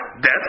Death